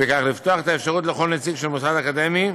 וכך לפתוח את האפשרות לכל נציג של מוסד אקדמי,